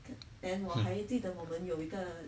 but then 我还记得我们有一个